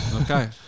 Okay